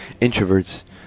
introverts